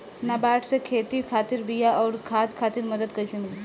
नाबार्ड से खेती खातिर बीया आउर खाद खातिर मदद कइसे मिली?